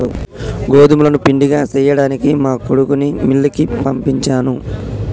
గోదుములను పిండిగా సేయ్యడానికి మా కొడుకుని మిల్లుకి పంపించాను